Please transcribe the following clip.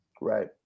right